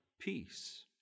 peace